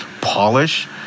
polish